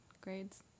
grades